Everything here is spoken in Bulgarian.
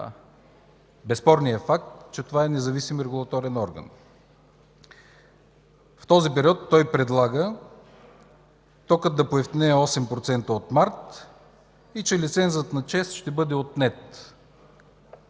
безспорния факт, че това е независим регулаторен орган, в този период той предлага токът да поевтинее с 8% от месец март и лицензът на ЧЕЗ да бъде отнет,